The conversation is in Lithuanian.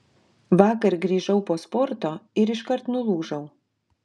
vakar grįžau po sporto ir iškart nulūžau